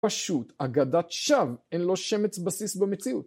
פשוט, אגדת שווא. אין לו שמץ בסיס במציאות.